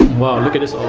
wow look at this